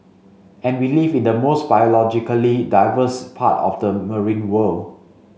and we live in the most biologically diverse part of the marine world